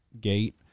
gate